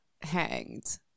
hanged